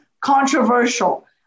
controversial